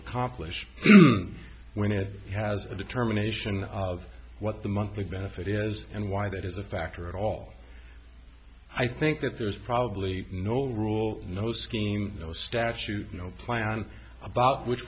accomplish when it has a determination of what the monthly benefit is and why that is a factor at all i think that there's probably no rule no scheme no statute no plan about which